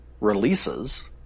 releases